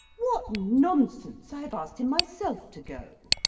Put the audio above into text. what nonsense! i have asked him myself to go.